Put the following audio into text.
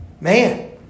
Man